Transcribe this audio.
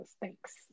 Thanks